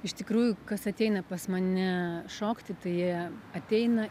iš tikrųjų kas ateina pas mane šokti tai jie ateina